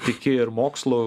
tiki ir mokslu